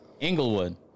Englewood